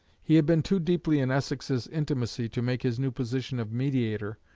he had been too deeply in essex's intimacy to make his new position of mediator,